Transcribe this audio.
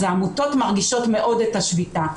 אז העמותות מרגישות מאוד את השביתה,